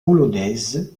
polonaise